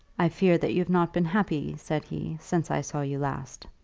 i fear that you have not been happy, said he, since i saw you last.